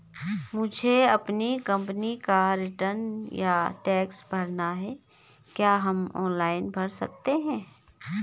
मुझे अपनी कंपनी का रिटर्न या टैक्स भरना है क्या हम ऑनलाइन भर सकते हैं?